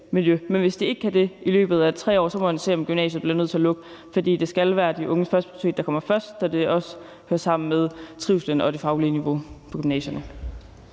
Men hvis de ikke kan det i løbet af 3 år, må man se, om gymnasiet bliver nødt til at lukke, for det skal være de unges førsteprioritet, der kommer først, da det også hører sammen med trivslen og det faglige niveau på gymnasierne.